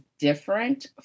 different